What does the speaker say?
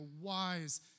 wise